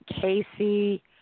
Casey